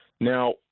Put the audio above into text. Now